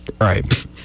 Right